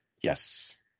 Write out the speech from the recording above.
Yes